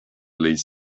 leads